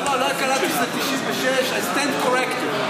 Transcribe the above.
לא קלטתי שזה 1996. I stand corrected.